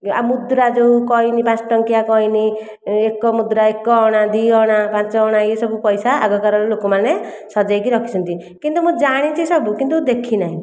ଆଉ ମୁଦ୍ରା ଯେଉଁ କଏନ୍ ଦଶଟଙ୍କିଆ କଏନ୍ ଏକ ମୁଦ୍ରା ଏକ ଅଣା ଦି ଅଣା ପାଞ୍ଚ ଅଣା ଏହିସବୁ ପଇସା ଆଗକାଳର ଲୋକମାନେ ସଜେଇକି ରଖିଛନ୍ତି କିନ୍ତୁ ମୁଁ ଜାଣିଛି ସବୁ କିନ୍ତୁ ଦେଖିନାହିଁ